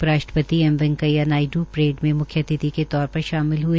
उप राष्ट्रपति एम वैकेंया नायड् परेड में मुख्य अतिथि के तौर पर शामिल हए